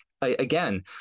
again